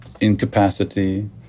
incapacity